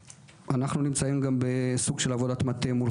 אנחנו נמצאים גם בסוג של עבודת מטה מול